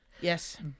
yes